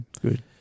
Good